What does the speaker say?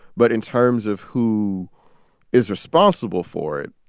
but in terms of who is responsible for it,